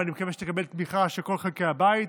ואני מקווה שתקבל תמיכה של כל חלקי הבית.